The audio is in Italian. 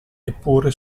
eppure